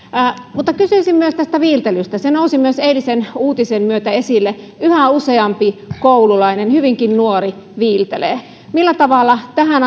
mutta kysyisin myös tästä viiltelystä se nousi myös eilisen uutisen myötä esille yhä useampi koululainen hyvinkin nuori viiltelee millä tavalla tähän